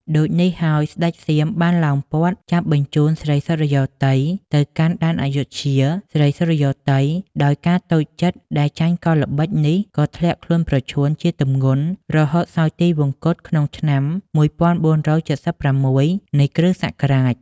ដូចនេះហើយស្ដេចសៀមបានឡោមព័ទ្ធចាប់បញ្ចូនស្រីសុរិយោទ័យទៅកាន់ដែនអាយុធ្យា ស្រីសុរិយោទ័យដោយការតូចចិត្តដែលចាញ់កល្បិចនេះក៏ធ្លាក់ខ្លួនប្រឈួនជាទម្ងន់រហូតសោយទីវង្គត ក្នុងឆ្នាំ ១៤៧៦ នៃគ.សករាជ ។